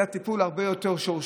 אלא על ידי טיפול הרבה יותר שורשי.